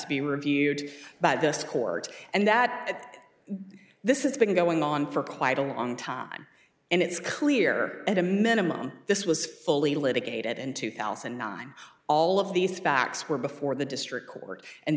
to be reviewed by this court and that this is been going on for quite a long time and it's clear at a minimum this was fully litigated in two thousand and nine all of these facts were before the district court and